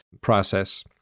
process